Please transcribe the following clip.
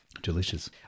Delicious